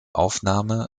aufnahme